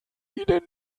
ihnen